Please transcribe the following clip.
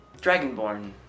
Dragonborn